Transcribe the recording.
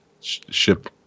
Ship